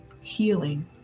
healing